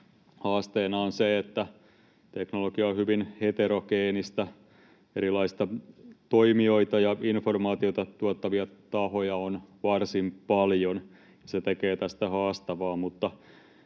haasteena on se, että teknologia on hyvin heterogeenistä, erilaisia toimijoita ja informaatiota tuottavia tahoja on varsin paljon, ja se tekee tästä haastavaa.